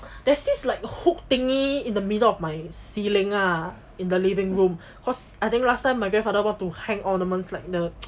there's this like hook thingy in the middle of my ceiling ah in the living room cause I think last time my grandfather want to hang ornaments like the